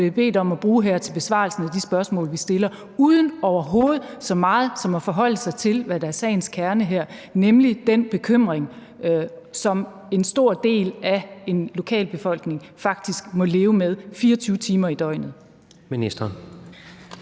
er blevet bedt om at bruge hertil besvarelsen af de spørgsmål, vi stiller, uden overhovedet så meget som at forholde sig til, hvad der er sagens kerne her, nemlig den bekymring, som en stor del af en lokal befolkning faktisk må leve med 24 timer i døgnet.